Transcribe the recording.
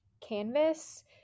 canvas